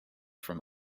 from